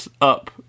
up